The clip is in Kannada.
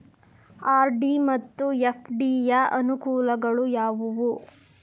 ಆರ್.ಡಿ ಮತ್ತು ಎಫ್.ಡಿ ಯ ಅನುಕೂಲಗಳು ಯಾವವು?